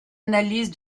analyse